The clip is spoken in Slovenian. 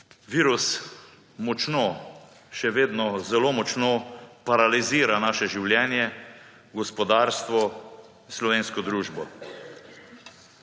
Virus močno, še vedno zelo močno paralizira naše življenje, gospodarstvo, slovensko družbo.